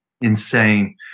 insane